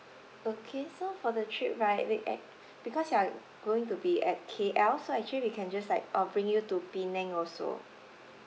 okay so for the trip right we act~ because you're going to be at K_L so actually we can just like uh bring you to penang also